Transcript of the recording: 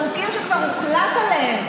לחוקים שכבר הוחלט עליהם.